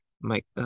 Mike